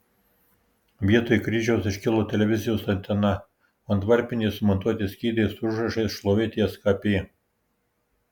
vietoj kryžiaus iškilo televizijos antena o ant varpinės sumontuoti skydai su užrašais šlovė tskp